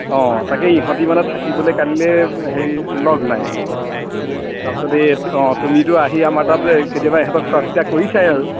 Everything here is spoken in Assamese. অ তাকে ইহঁতি মানে থাকিবলৈ কালিলৈ হেৰি লগ নাই মানে তাৰপিছতে এই অ তুমিতো আহি আমাৰ তাত কেতিয়াবা ইহঁতক চোৱা চিতা কৰিছাই আৰু